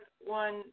one